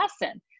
lesson